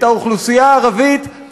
את האוכלוסייה הערבית,